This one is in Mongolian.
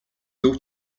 зөв